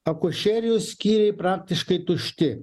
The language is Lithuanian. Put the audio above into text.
akušerijos skyriai praktiškai tušti